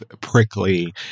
prickly